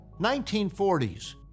1940s